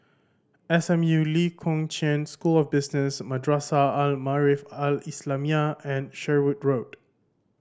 S M U Lee Kong Chian School of Business Madrasah Al Maarif Al Islamiah and Sherwood Road